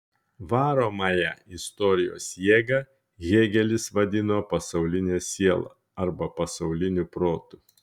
varomąją istorijos jėgą hėgelis vadino pasauline siela arba pasauliniu protu